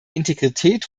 integrität